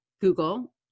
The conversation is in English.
Google